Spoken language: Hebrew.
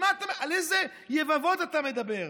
על איזה יבבות אתה מדבר?